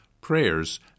prayers